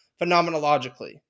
phenomenologically